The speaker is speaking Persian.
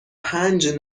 پنج